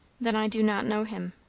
then i do not know him,